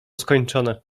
skończone